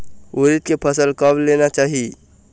उरीद के फसल कब लेना चाही?